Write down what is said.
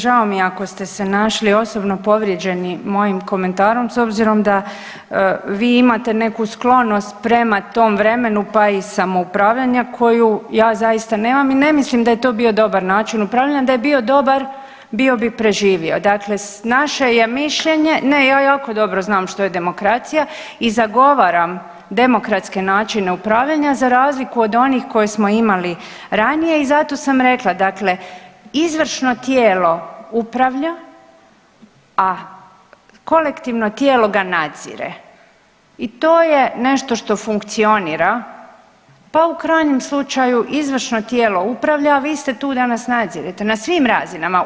Žao mi je ako ste se našli osobno povrijeđeni mojim komentarom s obzirom da vi imate neku sklonost prema tom vremenu, pa i samoupravljanja koju ja zaista nemam i ne mislim da je to bio dobar način upravljanja, da je bio dobar bio bi preživio, dakle naše je mišljenje … [[Upadica iz klupe se ne razumije]] ne, ja jako dobro znam što je demokracija i zagovaram demokratske načine upravljanja za razliku od onih koje smo imali ranije i zato sam rekla, dakle izvršno tijelo upravlja, a kolektivno tijelo ga nadzire i to je nešto što funkcionira, pa u krajnjem slučaju izvršno tijelo upravlja, a vi ste tu da nas nadzirete na svim razinama.